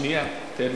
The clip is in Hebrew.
שנייה, תן לי.